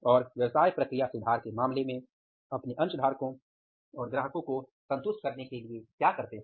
और व्यवसाय प्रक्रिया सुधार के मामले में अपने अंशधारकों और ग्राहकों को संतुष्ट करने के लिए क्या करते हैं